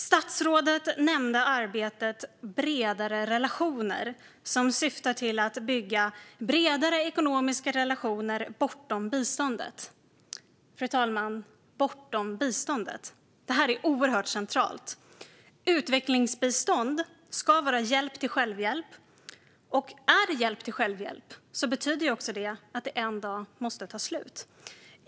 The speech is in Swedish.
Statsrådet nämnde arbetet "bredare relationer", som syftar till att bygga bredare ekonomiska relationer bortom biståndet. Just "bortom biståndet" är oerhört centralt, fru talman. Utvecklingsbistånd ska vara hjälp till självhjälp, och är det hjälp till självhjälp betyder det också att det en dag måste ta slut.